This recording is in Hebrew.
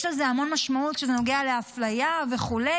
יש לזה המון משמעות כשזה נוגע לאפליה וכו',